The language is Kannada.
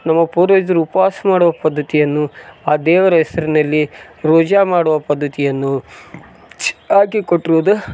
ನಮ್ಮ ಪೂರ್ವಜರು ಉಪ್ವಾಸ ಮಾಡುವ ಪದ್ಧತಿಯನ್ನು ಆ ದೇವರ ಹೆಸ್ರನಲ್ಲಿ ರೋಜಾ ಮಾಡುವ ಪದ್ಧತಿಯನ್ನು ಹಾಕಿಕೊಟ್ಟಿರುವುದು